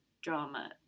drama